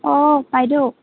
অঁ বাইদেউ